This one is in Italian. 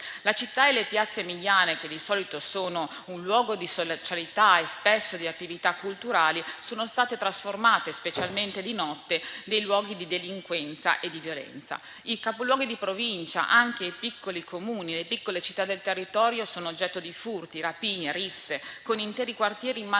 La città e le piazze emiliane, che di solito sono un luogo di socialità e spesso di attività culturali, sono state trasformate, specialmente di notte, in luoghi di delinquenza e violenza. I capoluoghi di Provincia, anche i piccoli Comuni e le piccole città del territorio, sono oggetto di furti, rapine e risse, con interi quartieri in mano